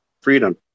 freedom